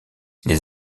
les